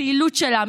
לפעילות שלה,